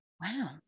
Wow